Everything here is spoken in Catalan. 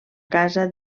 casa